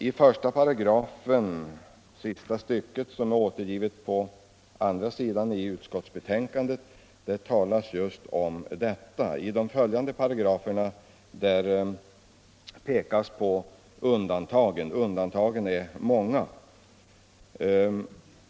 I 1§ sista stycket, som är återgivet på s. 2 i utskottsbetänkandet, talas om förbud. I de följande paragraferna anges undantagen, som är många.